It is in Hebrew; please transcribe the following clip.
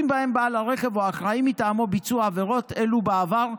שבהם בעל הרכב או האחראי מטעמו ביצעו עבירות אלו בעבר,